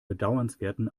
bedauernswerten